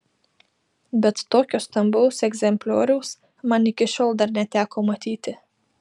bet tokio stambaus egzemplioriaus man iki šiol dar neteko matyti